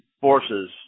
forces